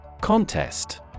Contest